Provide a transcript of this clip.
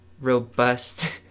robust